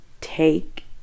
take